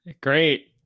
Great